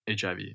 HIV